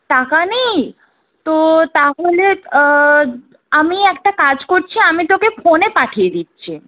টাকা নেই তো তাহলে আমি একটা কাজ করছি আমি তোকে ফোনে পাঠিয়ে দিচ্ছি